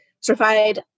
certified